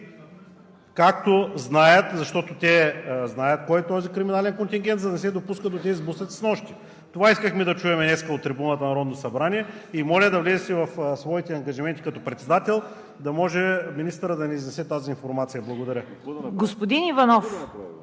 да ги осуети, защото те знаят кой е този криминален контингент, за да не се допуснат тези сблъсъци снощи? Това искахме да чуем днес от трибуната на Народното събрание. Моля да влезете в своите ангажименти като председател, да може министърът да ни изнесе тази информация. Благодаря.